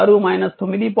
6 9